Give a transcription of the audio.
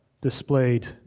displayed